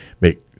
make